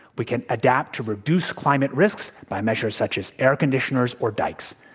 we can adapt to reduce climate risks by measures such as air conditioners or dikes,